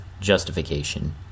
justification